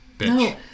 No